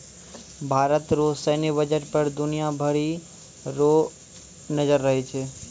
भारत रो सैन्य बजट पर दुनिया भरी रो नजर रहै छै